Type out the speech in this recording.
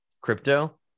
crypto